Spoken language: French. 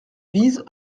vise